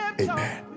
Amen